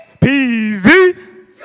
PV